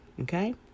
okay